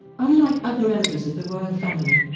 unlike other members of the royal family,